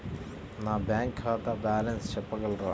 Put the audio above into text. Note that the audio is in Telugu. నా బ్యాంక్ ఖాతా బ్యాలెన్స్ చెప్పగలరా?